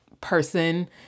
person